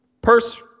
Purse